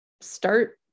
start